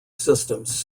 systems